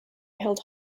held